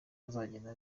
azagenda